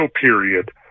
period